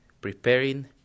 preparing